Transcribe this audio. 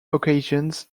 occasions